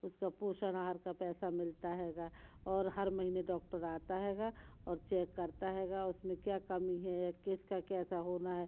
उसका पोषण आहार का पैसा मिलता हैगा और हर महीने डॉक्टर आता हैगा और चेक करता हैगा उसमें क्या कमी है या किसका कैसा होना है